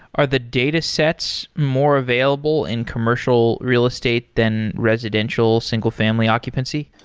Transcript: are the datasets more available in commercial real estate than residential single family occupancy?